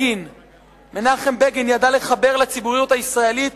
מנחם בגין ידע לחבר לציבוריות הישראלית